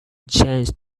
changed